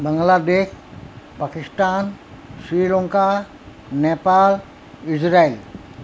Bangladesh Pakistan Sri Lanka Nepal Israel